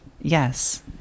Yes